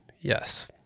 yes